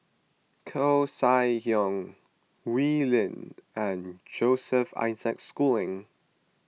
Koeh Sia Yong Wee Lin and Joseph Isaac Schooling